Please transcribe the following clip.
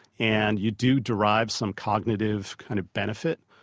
and you do derive some cognitive kind of benefit.